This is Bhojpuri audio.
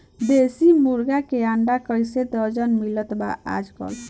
देशी मुर्गी के अंडा कइसे दर्जन मिलत बा आज कल?